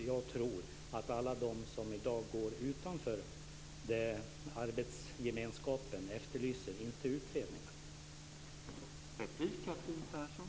Jag tror att alla de som i dag går utanför arbetsgemenskapen efterlyser konkreta åtgärder, och inte utredningar.